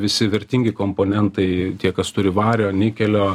visi vertingi komponentai tie kas turi vario nikelio